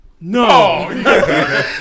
No